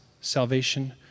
salvation